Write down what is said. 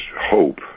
hope